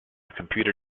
computer